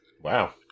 Wow